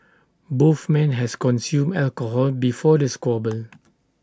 both men has consumed alcohol before the squabble